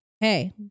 Hey